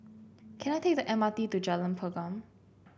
can I take the M R T to Jalan Pergam